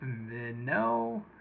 No